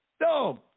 No